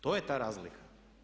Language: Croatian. To je ta razlika.